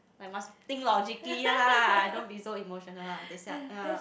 I must think logically lah don't be so emotional lah 等一下 ya